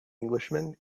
englishman